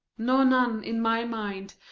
nor none, in my mind,